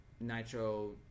nitro